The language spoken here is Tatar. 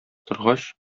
торгач